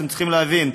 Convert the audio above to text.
אתם צריכים להבין,